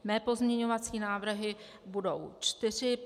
Mé pozměňovací návrhy budou čtyři.